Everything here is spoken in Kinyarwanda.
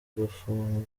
gufungwa